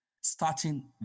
starting